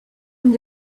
him